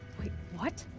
wait, what?